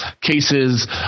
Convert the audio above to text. cases